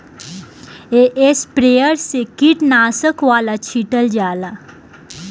sprayer से कीटनाशक वाला छीटल जाला